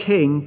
King